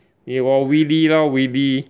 eh 我 Weelee lor Weelee